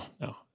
no